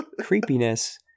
creepiness